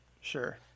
sure